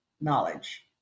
knowledge